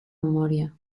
memòria